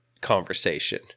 conversation